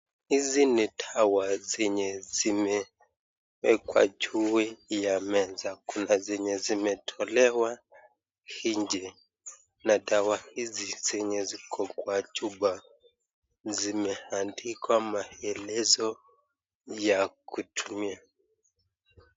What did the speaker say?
Hizi ni dawa zenye zimeekwa juu ya meza, kuana zenye zimetolewa inje na dawaizi zenye ziko kwa chupa zimeandikwa maelezo ya kutumia.